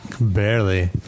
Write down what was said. Barely